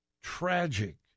Tragic